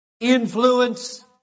influence